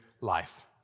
life